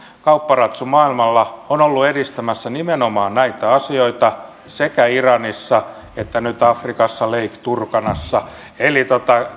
kaupparatsumme maailmalla on ollut edistämässä nimenomaan näitä asioita sekä iranissa että nyt afrikassa lake turkanassa eli